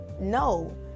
No